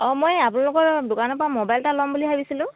অঁ মই আপোনালোকৰ দোকানৰ পৰা মোবাইল এটা ল'ম বুলি ভাবিছিলোঁ